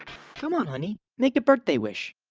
come on honey, make a birthday wish.